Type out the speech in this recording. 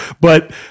But-